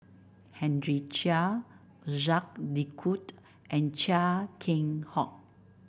Henry Chia Jacques De Coutre and Chia Keng Hock